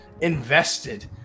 invested